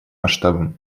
масштабам